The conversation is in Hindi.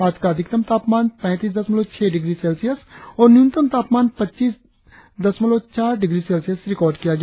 आज का अधिकतम तापमान पैंतीस दशमलव छह डिग्री सेल्सियस और न्यूनतम तापमान पच्चीस दशमलव चार डिग्री सेल्सियस रिकार्ड किया गया